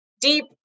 deep